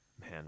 man